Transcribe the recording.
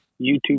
YouTube